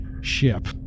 ship